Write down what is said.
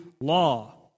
law